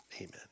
amen